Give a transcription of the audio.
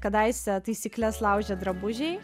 kadaise taisykles laužė drabužiai